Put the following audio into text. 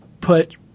put –